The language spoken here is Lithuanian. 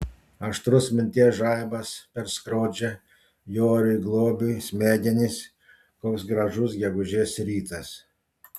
aštrus minties žaibas perskrodžia joriui globiui smegenis koks gražus gegužės rytas